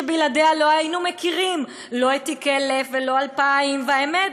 שבלעדיה לא היינו מכירים לא את תיק 1000 ולא את תיק 2000 והאמת,